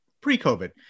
pre-COVID